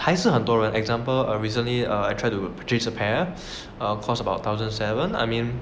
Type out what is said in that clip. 还是很多人 example err recently err I try to purchase a pair err cost about thousand seven I mean